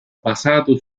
basato